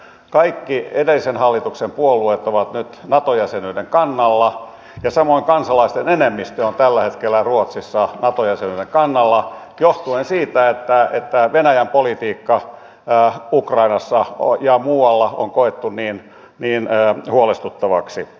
kaikki edellisen hallituksen puolueet ovat nyt nato jäsenyyden kannalla ja samoin kansalaisten enemmistö on tällä hetkellä ruotsissa nato jäsenyyden kannalla johtuen siitä että venäjän politiikka ukrainassa ja muualla on koettu niin huolestuttavaksi